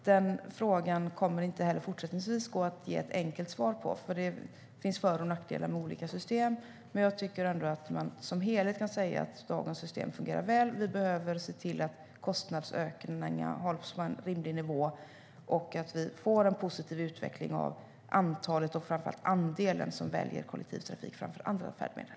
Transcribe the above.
Den frågan kommer inte heller fortsättningsvis gå att ge ett enkelt svar på, för det finns för och nackdelar med olika system. Jag tycker att man kan säga att som helhet fungerar dagens system väl. Vi behöver dock se till att kostnadsökningarna hålls på en rimlig nivå och att vi får en positiv utveckling av antalet och framför allt andelen som väljer kollektivtrafik framför andra färdmedel.